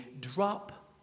drop